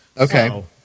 Okay